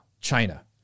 China